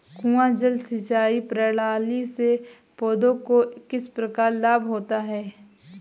कुआँ जल सिंचाई प्रणाली से पौधों को किस प्रकार लाभ होता है?